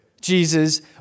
Jesus